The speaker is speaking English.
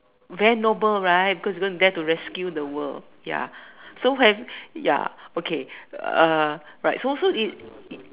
very noble right because you go and dare to go rescue the world ya so when ya okay uh right so so if